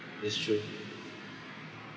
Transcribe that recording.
that's true